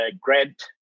grant